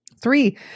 Three